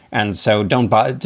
and so don't buy.